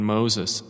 Moses